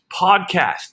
Podcast